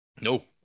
No